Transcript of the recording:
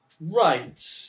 Right